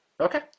okay